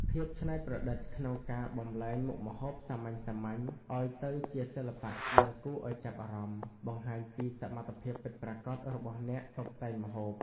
ភាពច្នៃប្រឌិតក្នុងការបំប្លែងមុខម្ហូបសាមញ្ញៗឱ្យទៅជាសិល្បៈដែលគួរឱ្យចាប់អារម្មណ៍ បង្ហាញពីសមត្ថភាពពិតប្រាកដរបស់អ្នកតុបតែងម្ហូប។